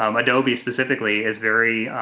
um adobe specifically is very,